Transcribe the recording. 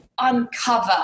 uncover